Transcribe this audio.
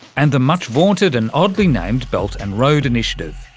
and the much vaunted, and oddly named belt and road initiative.